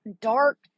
dark